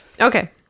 Okay